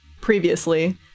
previously